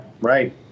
right